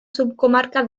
subcomarca